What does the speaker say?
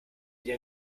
ihr